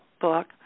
book